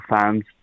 fans